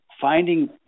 finding